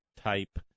type